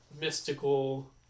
mystical